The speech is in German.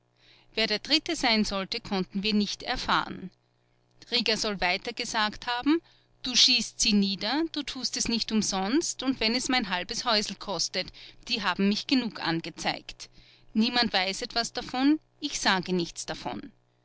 wer der dritte sein sollte konnten wir nicht erfahren rieger soll weiter gesagt haben du schießt sie nieder du tust es nicht umsonst und wenn es mein halbes häusel kostet die haben mich genug angezeigt niemand weiß etwas davon ich sage nichts davon